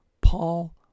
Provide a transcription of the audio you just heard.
Paul